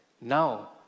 Now